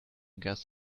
guess